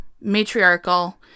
matriarchal